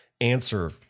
Answer